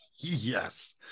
Yes